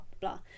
blah